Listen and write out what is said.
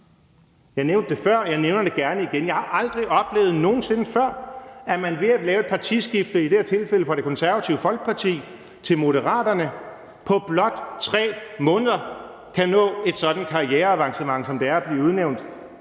Jeg nævnte det før, og jeg nævner det gerne igen: Jeg har aldrig nogen sinde før oplevet, at man ved at lave et partiskifte – i det her tilfælde fra Det Konservative Folkeparti til Moderaterne – på blot 3 måneder kan nå et sådant karriereavancement, som det er at blive udnævnt